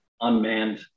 unmanned